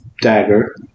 dagger